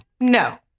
No